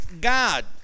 God